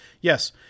Yes